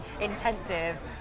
intensive